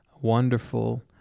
wonderful